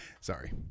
Sorry